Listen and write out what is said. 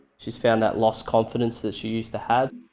she's found that lost confidence that she used to have.